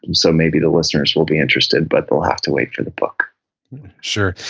and so maybe the listeners will be interested, but they'll have to wait for the book sure.